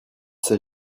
sait